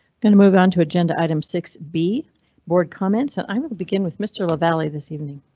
gonna move on to agenda item six b board comments and i will begin with mr lavalley this evening.